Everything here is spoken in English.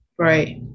right